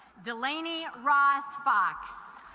delaney ross fox